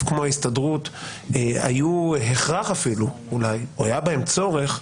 כמו ההסתדרות היו הכרח אולי והיה בהן צורך,